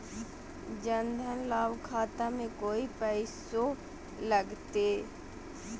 जन धन लाभ खाता में कोइ पैसों लगते?